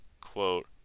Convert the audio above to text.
quote